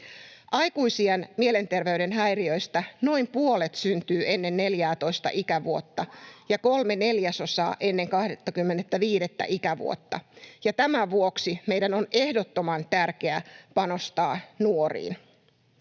Aikuisiän mielenterveyden häiriöistä noin puolet syntyy ennen 14:ää ikävuotta ja kolme neljäsosaa ennen 25. ikävuotta, ja tämän vuoksi meidän on ehdottoman tärkeää panostaa nuoriin.